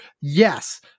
yes